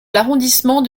l’arrondissement